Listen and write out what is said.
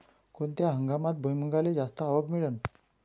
कोनत्या हंगामात भुईमुंगाले जास्त आवक मिळन?